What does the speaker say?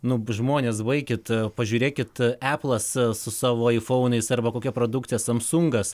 nu žmonės baikit pažiūrėkit eplas su savo aifounais arba kokia produkcija samsungas